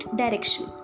direction